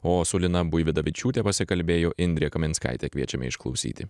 o su lina buividavičiūte pasikalbėjo indrė kaminskaitė kviečiame išklausyti